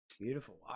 Beautiful